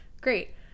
great